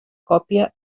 còpia